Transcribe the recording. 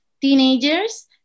teenagers